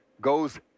goes